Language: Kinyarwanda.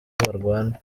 barwana